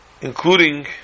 including